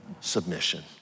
submission